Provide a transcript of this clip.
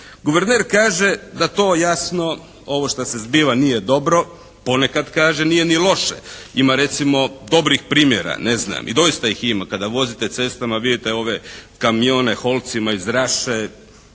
Guverner kaže da to jasno ovo šta se zbiva nije dobro. Ponekad kaže nije ni loše. Ima recimo dobrih primjera, ne znam, i doista ih ima. Kada vozite cestama vidite ove kamione holcima iz Raše,